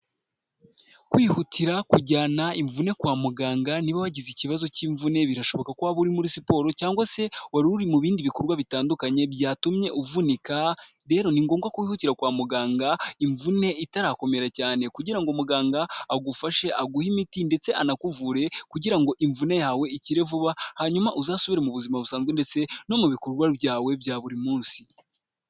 Kwihutira kujyana imvune kwa muganga niba wagize ikibazo cy'imvune, birashoboka ko waba uri muri siporo cyangwa se wari uri mu bindi bikorwa bitandukanye, byatumye uvunika. Rero ni ngombwa kwihutira kwa muganga imvune itarakomera cyane kugira ngo muganga agufashe aguhe imiti ndetse anakuvure kugira ngo imvune yawe ikire vuba, hanyuma uzasubire mu buzima busanzwe ndetse no mu bikorwa byawe bya buri munsi.